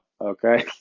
okay